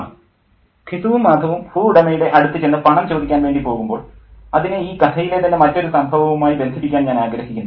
professor ഘിസുവും മാധവും ഭൂവുടമയുടെ അടുത്ത് ചെന്ന് പണം ചോദിക്കാൻ വേണ്ടി പോകുമ്പോൾ അതിനെ ഈ കഥയിലെ തന്നെ മറ്റൊരു സംഭവവുമായി ബന്ധിപ്പിക്കാൻ ഞാൻ ആഗ്രഹിക്കുന്നു